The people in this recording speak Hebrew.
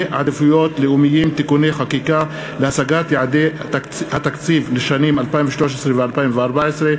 עדיפויות לאומיים (תיקוני חקיקה להשגת יעדי התקציב לשנים 2013 ו-2014),